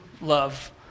love